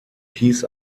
kies